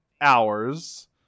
hours